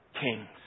kings